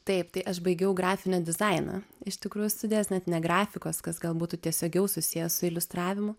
taip tai aš baigiau grafinio dizaino iš tikrųjų studijas net ne grafikos kas gal būtų tiesiogiau susiję su iliustravimu